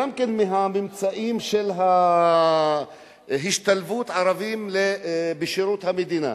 מהממצאים על השתלבות ערבים בשירות המדינה.